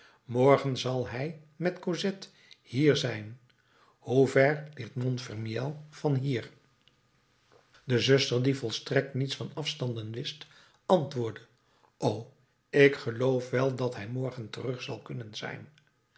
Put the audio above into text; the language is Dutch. morgen zal hij met cosette hier zijn hoe ver ligt montfermeil van hier de zuster die volstrekt niets van afstanden wist antwoordde o ik geloof wel dat hij morgen terug zal kunnen zijn